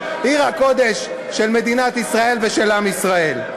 עיר הקודש של מדינת ישראל ושל עם ישראל.